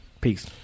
Peace